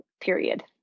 period